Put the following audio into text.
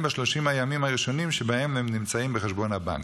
ב-30 הימים הראשונים שבהם הם נמצאים בחשבון הבנק.